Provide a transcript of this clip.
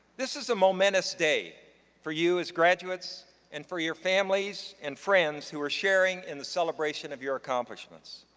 this is a momentous day for you as graduates and for your families and friends who are sharing in the celebration of your accomplishments.